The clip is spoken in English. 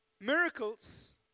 Miracles